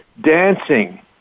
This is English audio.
dancing